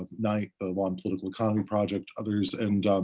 ah knight, ah law and political economy project, others. and,